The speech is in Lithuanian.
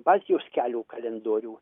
baltijos kelio kalendorių